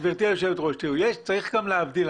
גברתי היושבת ראש, צריך גם להבדיל.